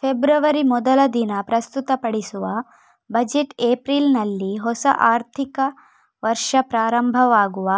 February ಮೊದಲ ದಿನ ಪ್ರಸ್ತುತಪಡಿಸುವ ಬಜೆಟ್ ಏಪ್ರಿಲಿನಲ್ಲಿ ಹೊಸ ಆರ್ಥಿಕ ವರ್ಷ ಪ್ರಾರಂಭವಾಗುವ